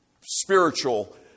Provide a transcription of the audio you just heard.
spiritual